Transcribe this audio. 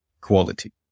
quality